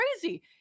crazy